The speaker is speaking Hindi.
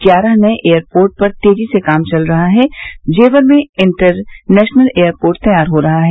ग्यारह नये एयरपोर्ट पर तेजी से काम चल रहा है जेवर में इंटर नेशनल एयरपोर्ट तैयार हो रहा है